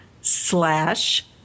slash